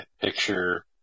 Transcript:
picture